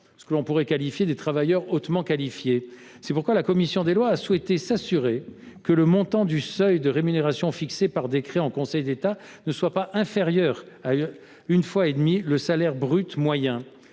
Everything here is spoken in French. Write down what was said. qui ne sont pas des travailleurs hautement qualifiés. C’est pourquoi la commission des lois a souhaité s’assurer que le montant du seuil de rémunération fixé par décret en Conseil d’État ne soit pas inférieur à 1,5 fois le salaire brut moyen.